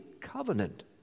covenant